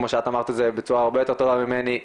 כמו שאת אמרת את זה בצורה הרבה יותר טובה ממני,